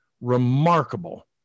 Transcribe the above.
remarkable